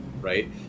right